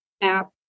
app